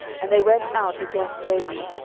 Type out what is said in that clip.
and they went out against jehu,